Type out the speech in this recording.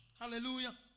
Hallelujah